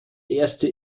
erste